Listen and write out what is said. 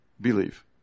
Believe